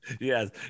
Yes